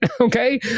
Okay